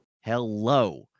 Hello